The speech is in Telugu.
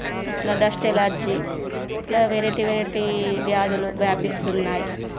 ఇట్ల డస్ట్ ఎలర్జీ ఇట్లా వెరైటీ వెరైటీ వ్యాధులు వ్యాపిస్తున్నాయి